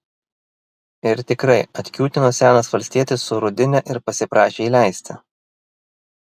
ir tikrai atkiūtino senas valstietis su rudine ir pasiprašė įleisti